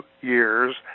years